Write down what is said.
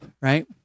right